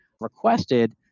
requested